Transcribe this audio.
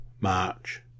March